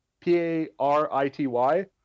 P-A-R-I-T-Y